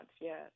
yes